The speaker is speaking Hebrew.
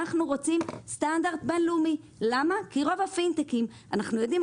אנחנו רוצים סטנדרט בין לאומי כי רוב הפינטקים אנחנו יודעים,